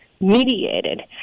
mediated